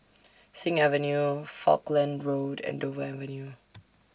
Sing Avenue Falkland Road and Dover Avenue